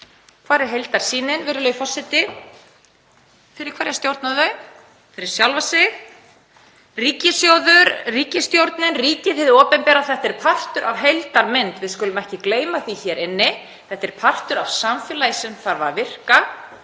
Hvar er heildarsýnin, virðulegi forseti? Fyrir hverja stjórna þau? Fyrir sjálf sig. Ríkissjóður, ríkisstjórnin, ríkið, hið opinbera, þetta er partur af heildarmynd. Við skulum ekki gleyma því hér inni. Þetta er partur af samfélagi sem þarf að virka